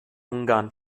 ungarn